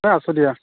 এই আছোঁ দিয়া